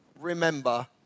remember